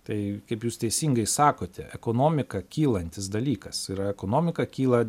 tai kaip jūs teisingai sakote ekonomika kylantis dalykas ir ekonomika kyla